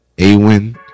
Awin